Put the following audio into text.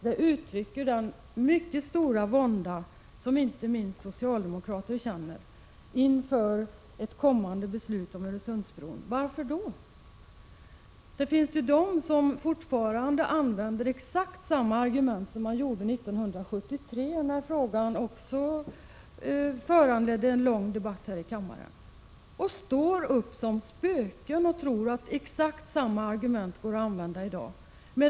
Det uttrycker den mycket stora vånda som inte minst socialdemokrater känner inför ett kommande beslut om Öresundsbron. Man kan fråga sig varför. Det finns de som fortfarande använder exakt samma argument som 1973, då frågan också föranledde en lång debatt i kammaren. De står upp som spöken och tror att exakt samma argument går att använda i dag.